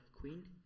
queen